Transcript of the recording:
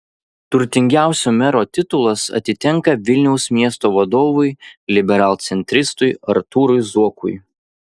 turtingiausio mero titulas atitenka vilniaus miesto vadovui liberalcentristui artūrui zuokui